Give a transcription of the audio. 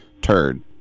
turd